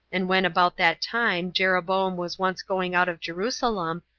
and when about that time jeroboam was once going out of jerusalem,